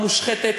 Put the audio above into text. המושחתת,